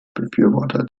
befürworter